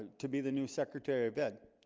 to be the new secretary of ed